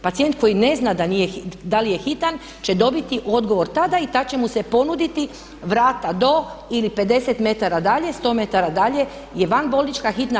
Pacijent koji ne zna da li je hitan će dobiti odgovor tada i tad će mu se ponuditi vrata do ili 50 m dalje, 100 m dalje je vanbolnička hitna.